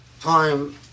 time